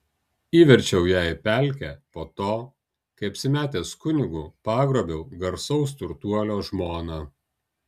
įverčiau ją į pelkę po to kai apsimetęs kunigu pagrobiau garsaus turtuolio žmoną